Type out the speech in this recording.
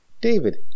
David